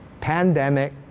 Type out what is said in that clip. Pandemic